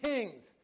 Kings